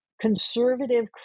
Conservative